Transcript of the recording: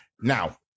now